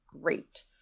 great